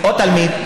או תלמיד,